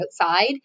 outside